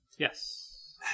Yes